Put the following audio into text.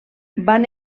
van